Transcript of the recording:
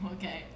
okay